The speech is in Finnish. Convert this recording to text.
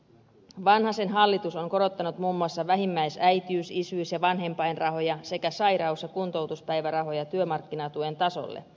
vanhasen hallitus on korottanut muun muassa vähimmäisäitiys isyys ja vanhempainrahoja sekä sairaus ja kuntoutuspäivärahoja työmarkkinatuen tasolle